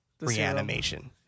reanimation